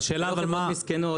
הן לא כל כך מסכנות,